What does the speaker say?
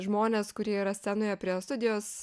žmones kurie yra scenoje prie studijos